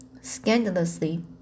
Scandalously